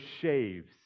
shaves